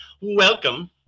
welcome